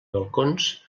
balcons